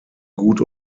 gut